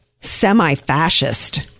semi-fascist